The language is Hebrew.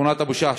שכונת אבו-שאח,